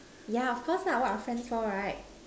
yeah of course lah what are friends for right